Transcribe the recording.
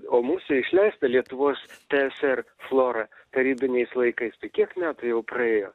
o mūsų išleista lietuvos tsr flora tarybiniais laikais tai kiek metų jau praėjo